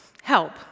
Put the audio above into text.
Help